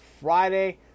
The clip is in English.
Friday